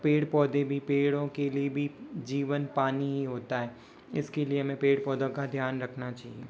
पेड़ पौधे भी पेड़ो के लिए भी जीवन पानी ही होता है इसके लिए हमें पेड़ पौधो का ध्यान रखना चाहिए